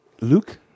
Luke